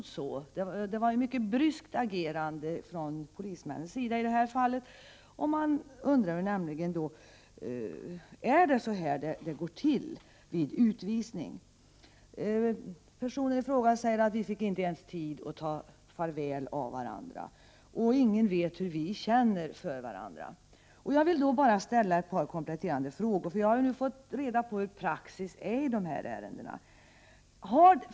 Det var fråga om ett mycket bryskt agerande från polismännens sida i det här fallet, och man undrar då om det är så här det går till vid en utvisning. Personen i fråga säger att de inte ens fick tid att ta farväl av varandra och att ingen vet hur de känner för varandra. Jag vill ställa ett par kompletterande frågor, eftersom jag har fått reda på praxis när det gäller dessa ärenden.